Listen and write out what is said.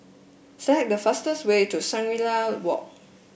select the fastest way to Shangri La Walk